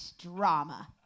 drama